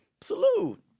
Salute